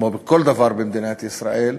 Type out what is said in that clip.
כמו כל דבר במדינת ישראל,